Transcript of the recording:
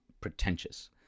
pretentious